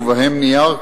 ובהם נייר,